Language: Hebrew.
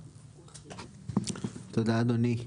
תודה, אדוני.